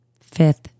Fifth